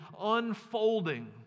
unfolding